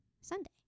Sunday